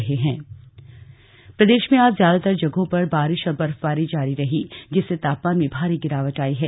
मौसम प्रदेश में आज ज्यादातर जगहों पर बारिश और बर्फबारी जारी रही जिससे तापमान में भारी गिरावट आ गई है